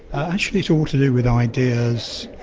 actually it's all to do with ideas